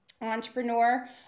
entrepreneur